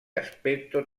aspetto